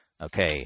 Okay